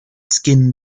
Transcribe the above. skin